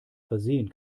versehen